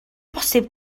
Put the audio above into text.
bosibl